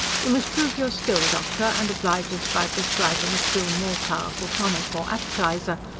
you must prove your skill, doctor, and oblige us by prescribing a still more powerful tonic or appetiser.